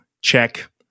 check